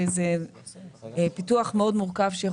זה פיתוח מאוד מורכב.